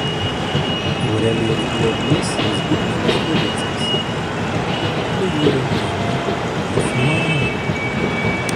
aurelijus globys ir zbignevas levickis du vyrai ėmė ir sumanė